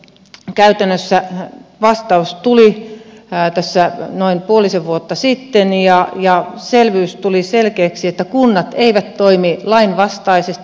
käytännössä vastaus tuli puolisen vuotta sitten ja tuli selväksi että kunnat eivät toimi lainvastaisesti